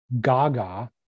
gaga